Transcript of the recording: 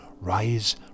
rise